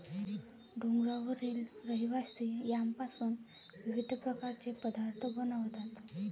डोंगरावरील रहिवासी यामपासून विविध प्रकारचे पदार्थ बनवतात